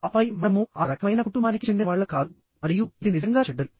ఆపై మనము ఆ రకమైన కుటుంబానికి చెందినవాళ్ళం కాదు మరియు ఇది నిజంగా చెడ్డది